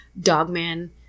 Dogman